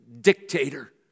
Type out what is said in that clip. dictator